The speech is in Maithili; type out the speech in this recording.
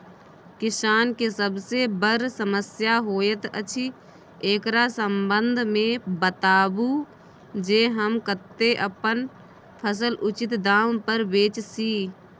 किसान के सबसे बर समस्या होयत अछि, एकरा संबंध मे बताबू जे हम कत्ते अपन फसल उचित दाम पर बेच सी?